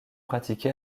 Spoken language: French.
pratiqué